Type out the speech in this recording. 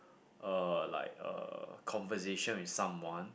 uh like uh conversation with someone